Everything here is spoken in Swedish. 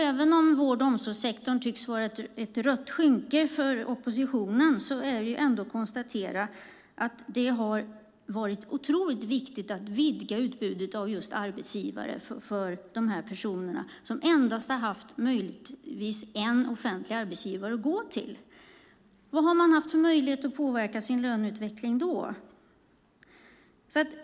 Även om vård och omsorgssektorn tycks vara ett rött skynke för oppositionen är det ändå att konstatera att det har varit otroligt viktigt att vidga utbudet av arbetsgivare för dessa personer som har haft endast en offentlig arbetsgivare att gå till. Vad har man då haft för möjlighet att påverka sin löneutveckling?